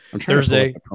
Thursday